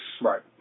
Right